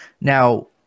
Now